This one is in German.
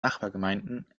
nachbargemeinden